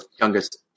youngest